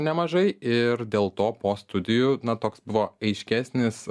nemažai ir dėl to po studijų na toks buvo aiškesnis